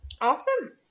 Awesome